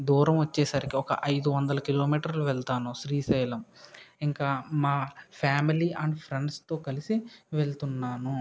దూరం వచ్చేసరికి ఒక ఐదు వందల కిలోమీటర్లు వెళ్తాను శ్రీశైలం ఇంకా మా ఫ్యామలీ అండ్ ఫ్రెండ్స్తో కలిసి వెళ్తున్నాను